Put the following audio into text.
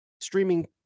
streaming